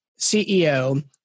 CEO